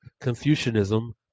Confucianism